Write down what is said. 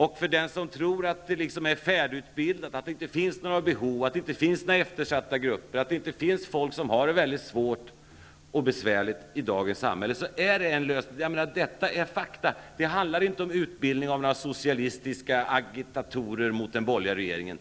är läsning för den som tror att det är färdigutbildat, att det inte finns några behov, inga eftersatta grupper eller människor som har det svårt och besvärligt i dagens samhälle. Detta är fakta. Det handlar inte om utbildning av några socialistiska agitatorer mot den borgerliga regeringen.